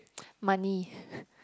money